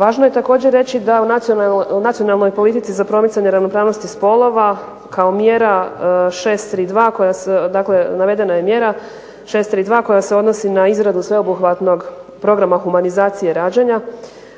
Važno je također reći da u nacionalnoj politici za promicanje ravnopravnosti spolova kao mjera 632, dakle navedena je mjera 632 koja se odnosi na izradu sveobuhvatnog Programa humanizacije rađanja,